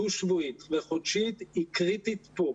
דו-שבועית וחודשית היא קריטית פה.